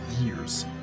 years